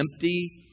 empty